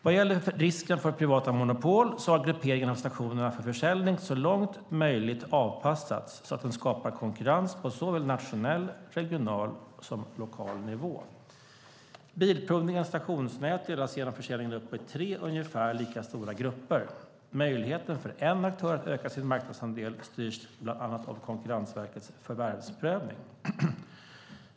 Vad gäller risken för privata monopol har grupperingen av stationer för försäljning så långt möjligt avpassats så att den skapar konkurrens på såväl nationell och regional som lokal nivå. Bilprovningens stationsnät delas genom försäljningen upp i tre ungefär lika stora grupper. Möjligheten för en aktör att öka sin marknadsandel styrs bland annat av Konkurrensverkets förvärvsprövning.